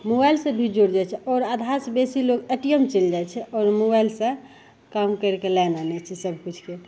मोबाइलसे भी जुड़ि जाइ छै आओर आधासे बेसी लोक ए टी एम चलि जाइ छै आओर मोबाइलसे काम करिके लै आनै छै सबकिछुके